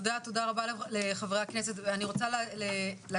תודה רבה לחברי הכנסת ואני רוצה להקדיש